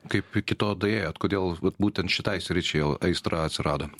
kaip iki to daėjot kodėl būtent šitai sričiai aistra atsirado